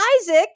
Isaac